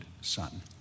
son